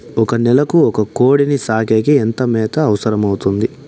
ఒక నెలకు ఒక కోడిని సాకేకి ఎంత మేత అవసరమవుతుంది?